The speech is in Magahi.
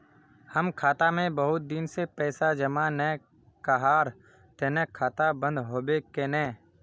हम खाता में बहुत दिन से पैसा जमा नय कहार तने खाता बंद होबे केने?